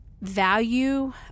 value